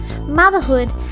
motherhood